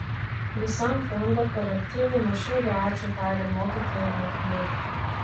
visam fondo kolektyvui nuoširdų ačiū taria mokytojai ir mokiniai